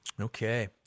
Okay